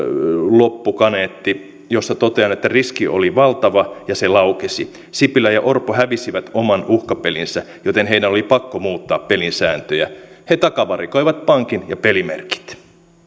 loppukaneetti jossa totean että riski oli valtava ja se laukesi sipilä ja orpo hävisivät oman uhkapelinsä joten heidän oli pakko muuttaa pelin sääntöjä he takavarikoivat pankin ja pelimerkit